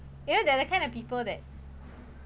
you know they're the kind of people that